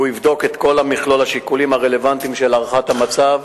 הוא יבדוק את כל מכלול השיקולים הרלוונטיים של הערכת המצב,